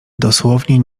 dosłownie